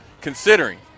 considering